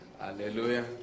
Hallelujah